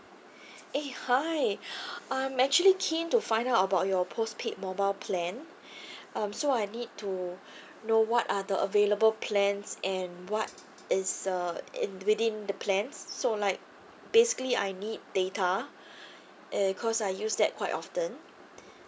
eh hi I'm actually keen to find out about your postpaid mobile plan um so I need to know what are the available plans and what is the in within the plans so like basically I need data uh cause I use that quite often